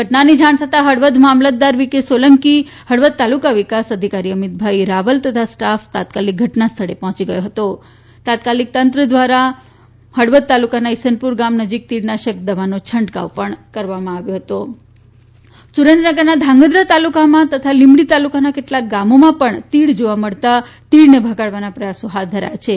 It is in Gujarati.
ધટનાની જાણ થતા હળવદ મામલતદાર વી કે સોલંકી હળવદ તાલુકા વિકાસ અધિકારી અમિતભાઈ રાવલ તથા સ્ટાફ તાત્કાલિક ઘટનાસ્થળે પહોંચી ગયો હતો તંત્ર દ્વારા હળવદ તાલુકાના ઇસનપુર ગામ નજીક તીડનાશક દવાનો છંટકાવ કરવામા આવ્યો સુરેન્દ્રનગરનાં ઘાંગ્રધાં તાલુકમાં તથા લીંમડી તાલુકાના કેટલાંક ગામોનાં પણ તીડ જોવા મળતાં તીડને ભગાવવાનાં પ્રયત્નો હાથ ધરાયા છે